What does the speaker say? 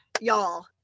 Y'all